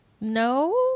No